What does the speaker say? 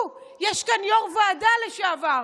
יש כאן יו"ר ועדה לשעבר.